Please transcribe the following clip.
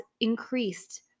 increased